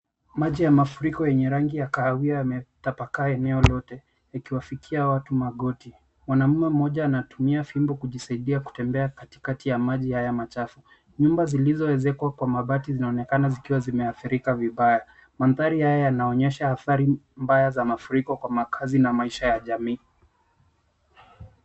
Maji ya mafuriko yenye rangi ya kahawia yametapakaa eneo lote, yakiwafikia watu magoti. Mwanaume mmoja anatumia fimbo kujisaidia kutembea katikati ya maji haya machafu. Nyumba zilizoezekwa kwa mabati zinaonekana zikiwa zimeadhirika vibaya. Mandhari haya yanaonyesha athari mbaya za mafuriko kwa makazi na maisha ya jamii.